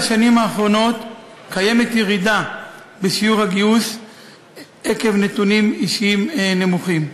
בשנים האחרונות קיימת ירידה בשיעור הגיוס עקב נתונים אישיים נמוכים.